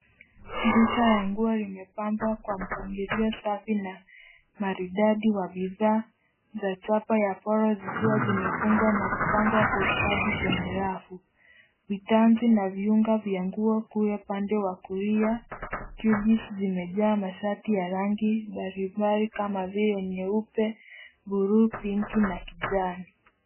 Duka la nguo limepambwa kwa mpangilio safi na maridadi wa bidhaa za chapa ya poro vikiwa vimefungwa na kupangwa kwa ustadi kwenye rafu. Vitanzi na viiunga vya nguo kule pande wa kulia, cubes zimejaa mashati ya rangi mbalimbali kama vile nyeupe, buluu, pinki na kijani